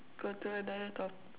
go to another top~